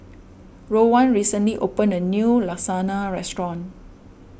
Rowan recently opened a new Lasagna restaurant